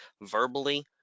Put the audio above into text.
verbally